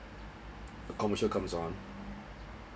commercials comes on